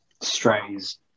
strays